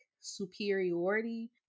superiority